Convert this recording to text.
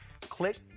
click